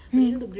mm